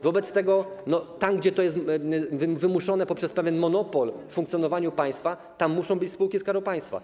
Wobec tego tam, gdzie to jest wymuszone poprzez pewien monopol w funkcjonowaniu państwa, tam muszą być spółki Skarbu Państwa.